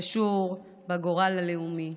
קשור בגורל הלאומי.